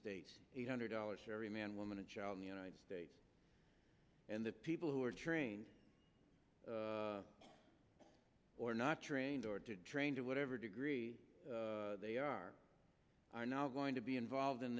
states eight hundred dollars for every man woman and child in the united states and the people who are trained or not trained or trained to whatever degree they are are now going to be involved in